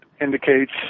indicates